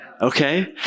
Okay